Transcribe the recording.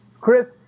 Chris